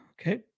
Okay